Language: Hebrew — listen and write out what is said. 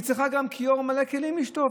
והיא צריכה גם כיור מלא כלים לשטוף,